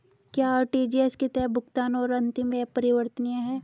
क्या आर.टी.जी.एस के तहत भुगतान अंतिम और अपरिवर्तनीय है?